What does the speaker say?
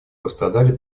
пострадали